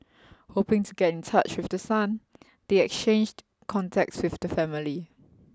hoping to get in touch with the son they exchanged contacts with the family